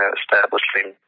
establishing